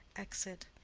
exit.